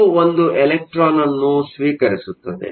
ಇದು ಒಂದು ಎಲೆಕ್ಟ್ರಾನ್ ಅನ್ನು ಸ್ವೀಕರಿಸುತ್ತದೆ